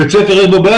בבית ספר יש בעיה?